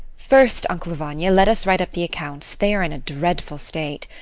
first, uncle vanya, let us write up the accounts. they are in a dreadful state.